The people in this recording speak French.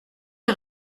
les